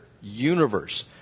universe